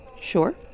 Sure